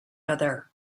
other